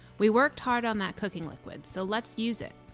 we worked hard on that cooking liquid so let's use it.